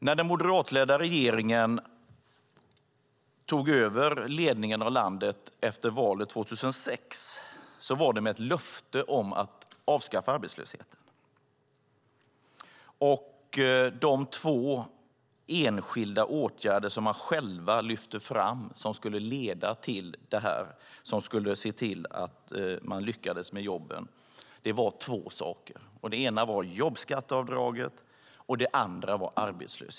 När den moderatledda regeringen tog över ledningen av landet efter valet 2006 var det med ett löfte om att avskaffa arbetslösheten.